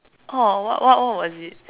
oh what what what was it